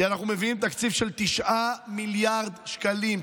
כי אנחנו מביאים תקציב של 9 מיליארד שקלים.